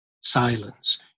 silence